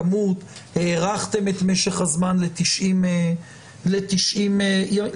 הכמות, והארכתם את משך הזמן ל-90 יום.